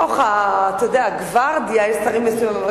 מתוך הגוורדיה יש שרים מצוינים.